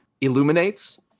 illuminates